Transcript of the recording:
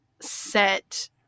set